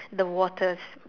the waters